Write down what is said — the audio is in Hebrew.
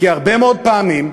כי הרבה מאוד פעמים,